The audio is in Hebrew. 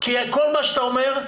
כי כל מה שאתה אומר,